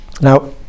Now